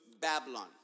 Babylon